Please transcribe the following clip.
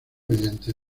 mediante